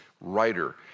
writer